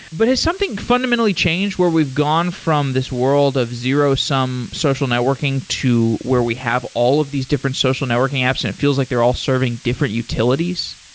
but there's something fundamentally changed where we've gone from this world of zero-sum social networking to where we have all of these different social networking apps and it feels like they're all serving different utilities?